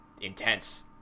intense